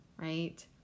right